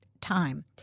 time